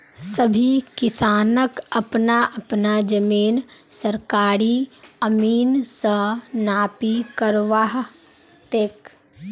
सभी किसानक अपना अपना जमीन सरकारी अमीन स नापी करवा ह तेक